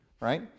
right